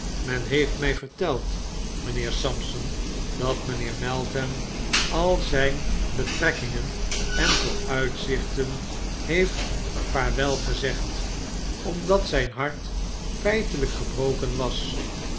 men heeft mij verteld mynheer sampson dat mynheer meltham al zijn betrekkingen en vooruitzichten heeft vaarwel gezegd omdat zyn hart feitelijk gebroken was